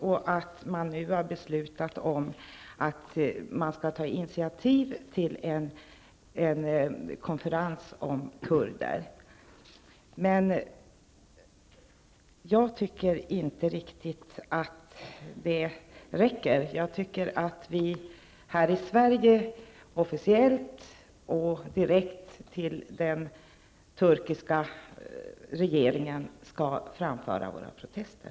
Där har man nu beslutat om att ta initiativ till en konferens om kurder. Jag tycker inte riktigt att detta räcker. Vi i Sverige skall officiellt och direkt till den turkiska regeringen framföra våra protester.